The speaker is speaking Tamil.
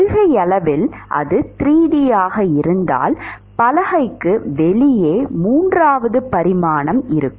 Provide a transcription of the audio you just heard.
கொள்கையளவில் அது 3 D ஆக இருந்தால் பலகைக்கு வெளியே மூன்றாவது பரிமாணம் இருக்கும்